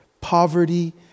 poverty